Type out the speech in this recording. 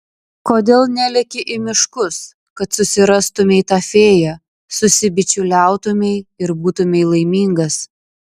kodėl neleki į miškus kad susirastumei tą fėją susibičiuliautumei ir būtumei laimingas